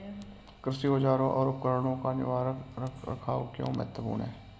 कृषि औजारों और उपकरणों का निवारक रख रखाव क्यों महत्वपूर्ण है?